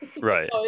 Right